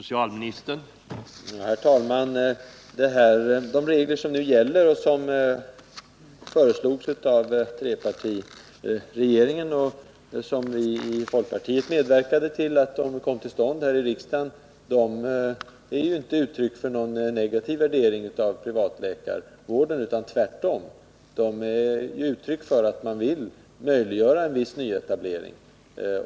Herr talman! De regler som nu gäller, vilka föreslogs av trepartiregeringen och till vilkas förverkligande folkpartiet medverkade här i riksdagen, är ju inte uttryck för någon negativ värdering av privatläkarvården. Tvärtom syftar de till att möjliggöra en viss nyetablering.